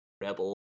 rebel